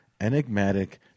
enigmatic